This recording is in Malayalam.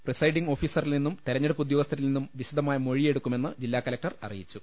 പ്രിസ്റ്റൈഡിംഗ് ഓഫീസറിൽ നിന്നും തെരഞ്ഞെടുപ്പ് ഉദ്യോഗസ്ഥരിൽ നിന്നും വിശദമായ മൊഴി എടുക്കുമെന്ന് ജില്ലാ കലക്ടർ അറിയിച്ചു